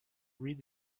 read